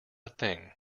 thing